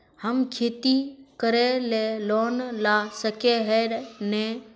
हम खेती करे ले लोन ला सके है नय?